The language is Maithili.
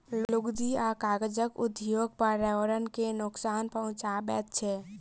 लुगदी आ कागज उद्योग पर्यावरण के नोकसान पहुँचाबैत छै